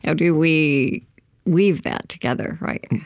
yeah do we weave that together, right?